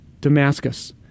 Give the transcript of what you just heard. Damascus